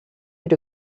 try